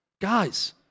Guys –